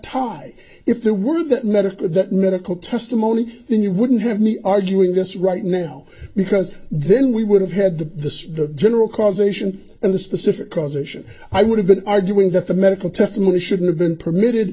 tie if there weren't that medical that medical testimony then you wouldn't have me arguing this right now because then we would have had the general causation and the specific causation i would have been arguing that the medical testimony shouldn't have been permitted